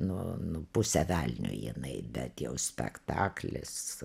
nu nu pusę velnio jinai bet jau spektaklis